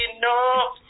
no